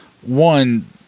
One